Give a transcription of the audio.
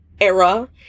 era